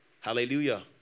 hallelujah